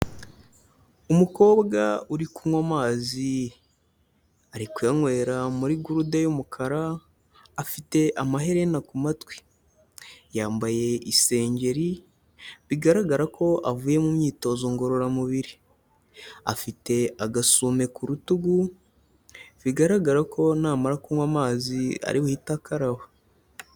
Umukobwa uri kunywa amazi, ari kuyanywera muri gurude y'umukara, afite amaherena ku matwi, yambaye isengeri bigaragara ko avuye mu myitozo ngororamubiri, afite agasume ku rutugu, bigaragara ko namara kunywa amazi ari buhite akaraba.